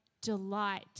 delight